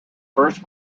first